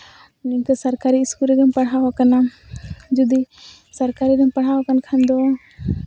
ᱱᱤᱝᱠᱟᱹ ᱥᱚᱨᱠᱟᱨᱤ ᱥᱠᱩᱞ ᱨᱮᱜᱮᱢ ᱯᱟᱲᱦᱟᱣ ᱟᱠᱟᱱᱟ ᱡᱮᱢᱚᱱ ᱡᱩᱫᱤ ᱥᱚᱨᱠᱟᱨᱤ ᱨᱮᱢ ᱯᱟᱲᱦᱟᱣ ᱟᱠᱟᱱ ᱠᱷᱟᱱ ᱫᱚ